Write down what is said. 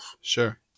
Sure